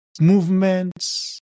movements